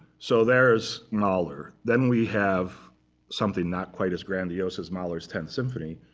so there's mahler. then we have something not quite as grandiose as mahler's tenth symphony,